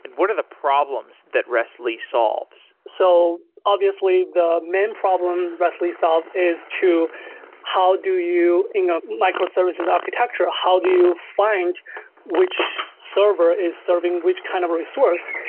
and what are the problems that rest li solves? so obviously, the main problem rest li solve is to how do you ah microservices architecture, ah how do you find which server is serving which kind of resource.